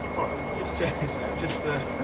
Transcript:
all right, mate, just check this out. just.